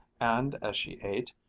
and as she ate,